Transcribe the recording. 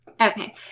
Okay